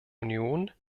union